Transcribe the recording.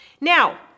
now